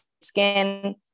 skin